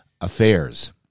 affairs